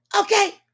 okay